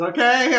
Okay